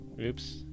Oops